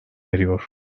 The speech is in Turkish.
eriyor